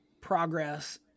progress